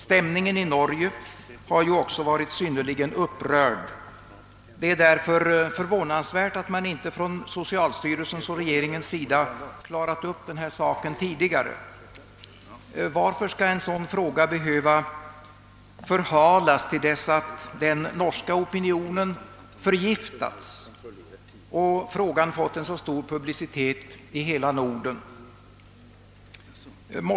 Stämningen i Norge har också varit synnerligen upprörd. Det är därför förvånansvärt att inte socialstyrelsen och regeringen klarat upp denna sak tidigare. Varför skall ett sådant här ärende behöva förhalas till dess att den norska opinionen förgiftats och saken fått en så stor publicitet i hela Norden?